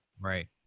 right